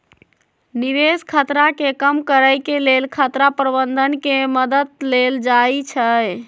निवेश खतरा के कम करेके लेल खतरा प्रबंधन के मद्दत लेल जाइ छइ